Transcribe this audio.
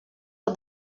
are